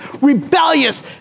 rebellious